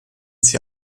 sie